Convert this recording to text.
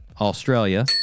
Australia